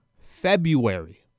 February